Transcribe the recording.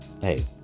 hey